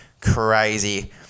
crazy